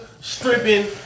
stripping